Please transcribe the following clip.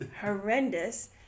horrendous